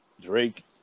Drake